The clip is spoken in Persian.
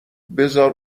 بزار